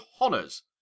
honours